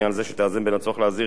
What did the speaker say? שתאזן בין הצורך להזהיר את הציבור